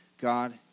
God